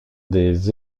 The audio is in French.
des